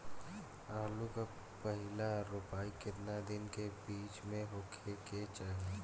आलू क पहिला रोपाई केतना दिन के बिच में होखे के चाही?